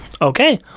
Okay